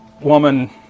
woman